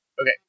Okay